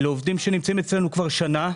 אלה עובדים שנמצאים אצלנו כבר שנה,